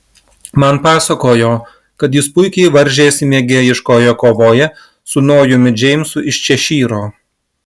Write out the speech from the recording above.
man pasakojo kad jis puikiai varžėsi mėgėjiškoje kovoje su nojumi džeimsu iš češyro